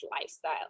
lifestyle